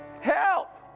Help